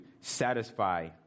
satisfy